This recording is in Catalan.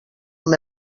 amb